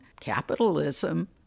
capitalism